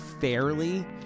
fairly